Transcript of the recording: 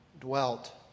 dwelt